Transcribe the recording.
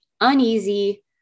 uneasy